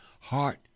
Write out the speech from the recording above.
Heart